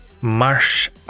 Marsh